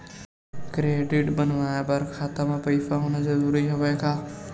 Credit बनवाय बर खाता म पईसा होना जरूरी हवय का?